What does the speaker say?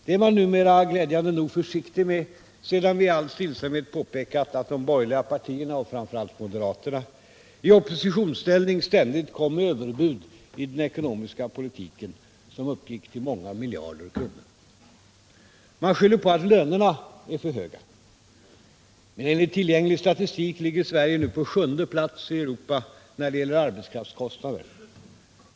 Det är man numera, glädjande nog, försiktig med sedan vi i all stillsamhet påpekat att de borgerliga partierna, framför allt moderaterna, i oppositionsställning ständigt kom med överbud i den ekonomiska politiken som uppgick till många miljarder kronor. Man skyller på att lönerna är för höga. Men enligt tillgänglig statistik ligger Sverige nu på sjunde plats i Europa när det gäller arbetskraftskostnader.